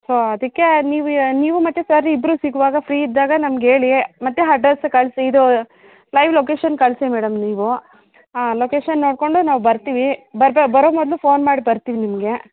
so ಅದಕ್ಕೆ ನೀವು ಯ ನೀವು ಮತ್ತು ಸರ್ ಇಬ್ಬರು ಸಿಗುವಾಗ ಫ್ರೀ ಇದ್ದಾಗ ನಮ್ಗೆ ಹೇಳಿ ಮತ್ತು ಹಡ್ರಸ್ ಕಳಿಸಿ ಇದು ಲೈವ್ ಲೊಕೇಶನ್ ಕಳಿಸಿ ಮೇಡಮ್ ನೀವು ಲೊಕೇಶನ್ ನೋಡಿಕೊಂಡು ನಾವು ಬರ್ತೀವಿ ಬರ್ದು ಬರೋ ಮೊದಲು ಫೋನ್ ಮಾಡಿ ಬರ್ತೀವಿ ನಿಮಗೆ